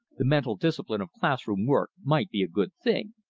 the mental discipline of class-room work might be a good thing.